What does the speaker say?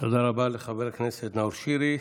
תודה רבה לחבר הכנסת נאור שירי.